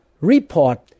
report